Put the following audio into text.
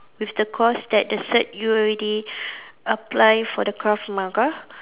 with the course that the cert you already apply for the Krav-Maga